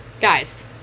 guys